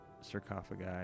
sarcophagi